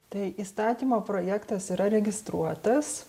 tai įstatymo projektas yra registruotas